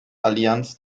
alliance